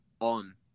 on